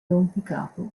rompicapo